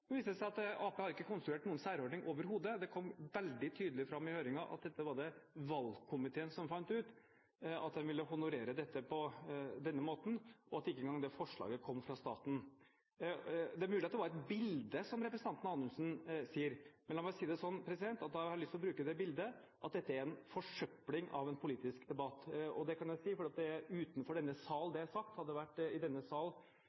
Nå viste det seg at Arbeiderpartiet overhodet ikke hadde konstruert noen særordning. Det kom veldig tydelig fram i høringen at det var valgkomiteen som fant ut at de ville honorere dette på denne måten, og at ikke engang det forslaget kom fra staten. Det er mulig at det som representanten Anundsen sier, var et bilde, men la meg si det slik at da har jeg lyst til å bruke det bildet – at dette er en «forsøpling» av en politisk debatt. Og det kan jeg si, for det er sagt utenfor denne sal. Hadde det vært i denne sal